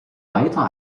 weiter